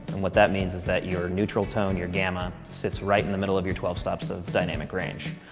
and what that means is that your neutral tone, your gamma, sits right in the middle of your twelve stops of dynamic range.